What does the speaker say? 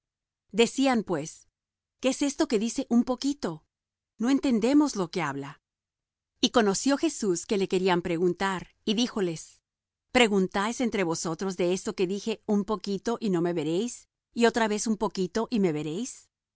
decían pues qué es esto que dice un poquito no entendemos lo que habla y conoció jesús que le querían preguntar y díjoles preguntáis entre vosotros de esto que dije un poquito y no me veréis y otra vez un poquito y me veréis